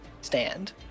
stand